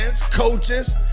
coaches